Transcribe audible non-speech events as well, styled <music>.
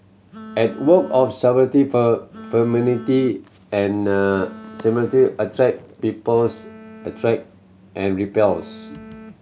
at work of <unintelligible> attract peoples attract and repels